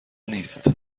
نیست